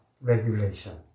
regulation